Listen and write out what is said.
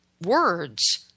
words